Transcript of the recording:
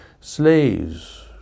slaves